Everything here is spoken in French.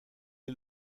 est